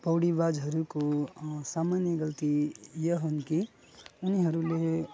पौडीबाजहरूको सामान्य गल्ती यी हुन् कि उनीहरूले